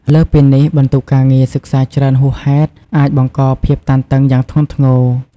លើសពីនេះ បន្ទុកការងារសិក្សាច្រើនហួសហេតុអាចបង្កភាពតានតឹងយ៉ាងធ្ងន់ធ្ងរ។